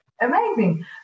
Amazing